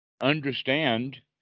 understand